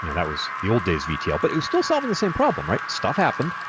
yeah that was the old days of etl. but it was still solving the same problem, right? stuff happened.